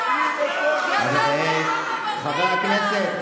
חברי הכנסת,